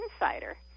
insider